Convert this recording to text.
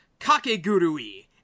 Kakegurui